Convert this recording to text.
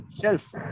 shelf